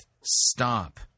stop